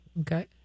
Okay